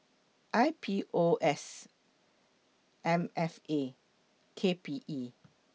I P O S M F A and K P E